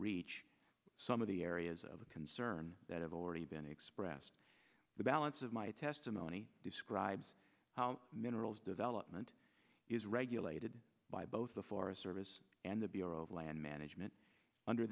reach some of the areas of concern that have already been expressed the balance of my testimony describes how minerals development is regulated by both the forest service and the bureau of land management under